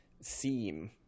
seem